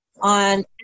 On